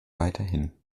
weiterhin